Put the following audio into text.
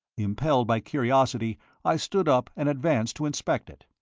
impelled by curiosity i stood up and advanced to inspect it.